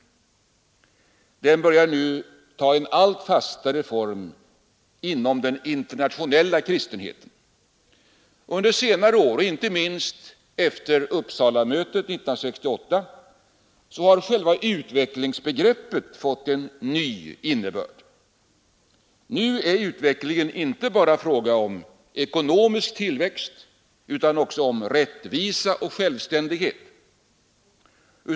Den börjar nu ta en allt fastare form inom den internationella kristenheten. Under senare år — inte minst efter Uppsalamötet 1968 — har själva utvecklingsbegreppet fått en ny innebörd. Nu är utvecklingen inte bara en fråga om ekonomisk tillväxt utan även om rättvisa och självständighet.